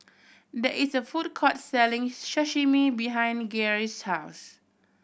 there is a food court selling Sashimi behind Garey's house